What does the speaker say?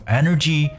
energy